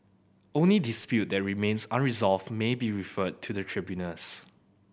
only dispute that remain unresolved may be referred to the tribunals